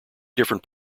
different